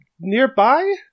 nearby